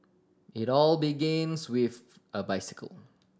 it all begins with a bicycle